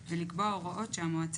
תומר, תעיר שוב את ההערה שלך בקול,